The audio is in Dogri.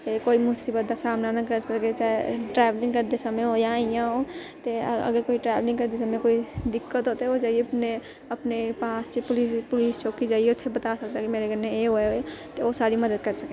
कोई मुसीबत दा सामना ना कर सकै चाहे ट्रैवेलिंग करदे समें होए जां इयां हो ते अगर कोई ट्रैवेलिंग करदे समें कोई दिक्कत होए ते ओह् जाइयै अपने अपने पास च पुलिस चौकी जाइयै उत्थै बता सकदा के मेरे कन्ने एह् होएया ते ओह् साढ़ी मदद करी सकै